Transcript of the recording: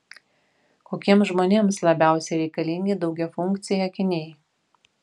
kokiems žmonėms labiausiai reikalingi daugiafunkciai akiniai